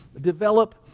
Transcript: develop